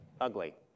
ugly